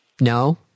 No